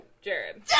Jared